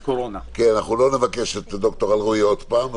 אנחנו לא נבקש את ד"ר אלרעי עוד פעם,